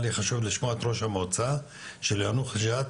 לי חשוב לשמוע את ראש המועצה של יאנוח ג'ת,